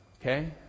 Okay